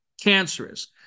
cancerous